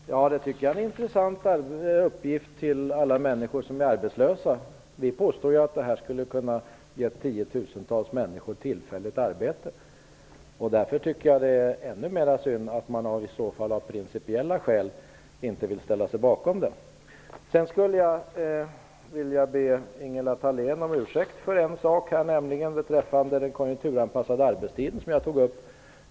Herr talman! Det tycker jag är en intressant uppgift till alla människor som är arbetslösa. Vi påstår ju att om vårt förslag genomförts hade tiotusentals människor kunnat få tillfälligt arbete. Därför tycker jag att det är ännu mera synd, om det är av principiella skäl som man inte vill ställa sig bakom förslaget. Sedan skulle jag vilja be Ingela Thalén om ursäkt för en sak, nämligen att jag tog upp den konjunkturanpassade arbetstiden.